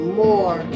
more